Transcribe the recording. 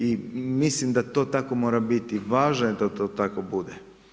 I mislim da to tako mora biti, važno je da to tako bude.